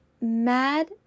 mad